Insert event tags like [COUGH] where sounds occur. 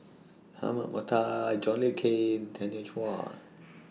Ahmad Mattar John Le Cain Tanya Chua [NOISE]